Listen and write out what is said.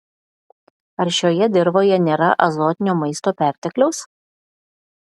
ar šioje dirvoje nėra azotinio maisto pertekliaus